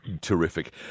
terrific